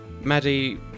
Maddie